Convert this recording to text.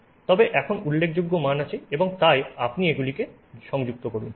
তবে এখন উল্লেখযোগ্য মান আছে এবং তাই আপনি এগুলি যুক্ত করুন